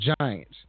Giants